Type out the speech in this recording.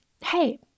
hey